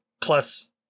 Plus